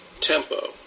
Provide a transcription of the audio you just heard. tempo